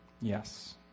Yes